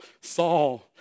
Saul